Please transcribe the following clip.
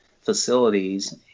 facilities